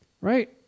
Right